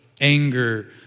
anger